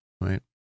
right